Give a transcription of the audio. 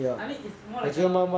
I mean it's more like a